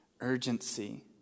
urgency